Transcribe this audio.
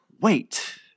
wait